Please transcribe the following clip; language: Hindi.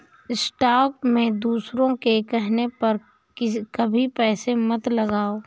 स्टॉक में दूसरों के कहने पर कभी पैसे मत लगाओ